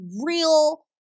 real